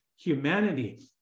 humanity